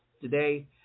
today